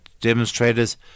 demonstrators